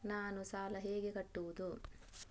ನಾನು ಸಾಲ ಹೇಗೆ ಕಟ್ಟುವುದು?